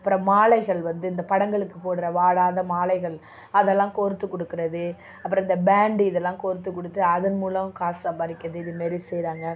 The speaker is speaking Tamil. அப்புறம் மாலைகள் வந்து இந்த படங்களுக்கு போடுற வாடாத மாலைகள் அதெல்லாம் கோர்த்து கொடுக்கறது அப்புறம் இந்த பேண்டு இதெல்லாம் கோர்த்து கொடுத்து அதன் மூலம் காஸ் சம்பாதிக்கறது இது மாரி செய்கிறாங்க